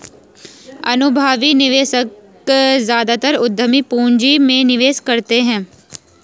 अनुभवी निवेशक ज्यादातर उद्यम पूंजी में निवेश करते हैं